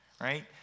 right